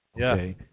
okay